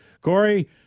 Corey